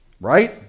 Right